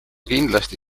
kindlasti